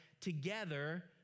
together